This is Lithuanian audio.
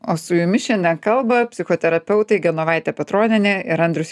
o su jumis šiandien kalba psichoterapeutai genovaitė petronienė ir andrius